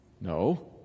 No